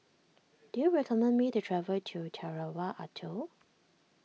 do you recommend me to travel to Tarawa Atoll